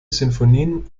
sinfonien